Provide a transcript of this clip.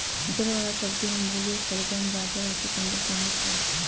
जड़ वला सब्जि में मूली, शलगम, गाजर और चकुंदर प्रमुख हइ